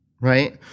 right